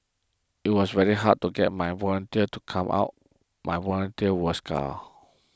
it was very hard to get my volunteers to come out my volunteers were scared